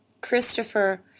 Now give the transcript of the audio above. Christopher